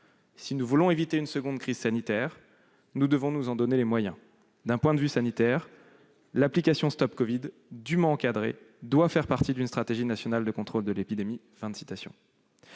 Si nous voulons éviter une seconde crise sanitaire, nous devons nous en donner les moyens. D'un point de vue sanitaire, l'application StopCovid, dûment encadrée, doit faire partie d'une stratégie nationale de contrôle de l'épidémie. »